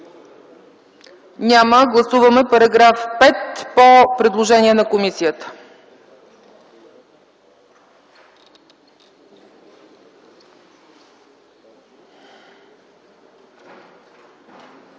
Няма. Гласуваме § 5 по предложение на комисията.